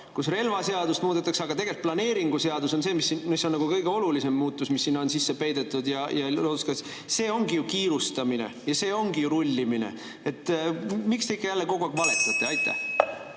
kus relvaseadust muudetakse, aga tegelikult planeeringuseadus on see, mis on kõige olulisem muutus, mis sinna on sisse peidetud, ja looduskaitse –, see ongi ju kiirustamine ja see ongi ju rullimine. Miks te ikka jälle kogu aeg valetate?